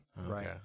Right